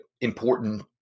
important